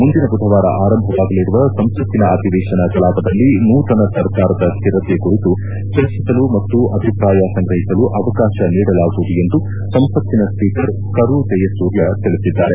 ಮುಂದಿನ ಬುಧವಾರ ಆರಂಭವಾಗಲಿರುವ ಸಂಸತ್ತಿನ ಅಧಿವೇಶನ ಕಲಾಪದಲ್ಲಿ ನೂತನ ಸರ್ಕಾರದ ಸ್ಟಿರತೆ ಕುರಿತು ಚರ್ಚಿಸಲು ಮತ್ತು ಅಭಿಪ್ರಾಯ ಸಂಗ್ರಹಿಸಲು ಅವಕಾಶ ನೀಡಲಾಗುವುದು ಎಂದು ಸಂಸತ್ತಿನ ಸ್ವೀಕರ್ ಕರು ಜಯಸೂರ್ಯ ತಿಳಿಸಿದ್ದಾರೆ